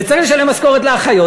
וצריך לשלם משכורת לאחיות,